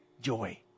joy